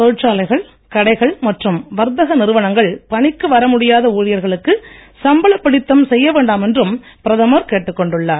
தொழிற்சாலைகள் கடைகள் மற்றும் வர்த்தக நிறுவனங்கள் பணிக்கு வர முடியாத ஊழியர்களுக்கு சம்பளப் பிடித்தம் செய்யவேண்டாம் என்றும் பிரதமர் கேட்டுக் கொண்டுள்ளார்